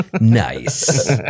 Nice